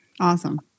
Awesome